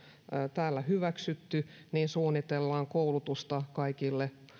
täällä hyväksytty niin suunnitellaan koulutusta kaikille